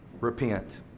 repent